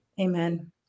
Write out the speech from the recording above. Amen